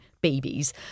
babies